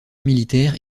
militaire